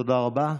תודה רבה.